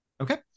okay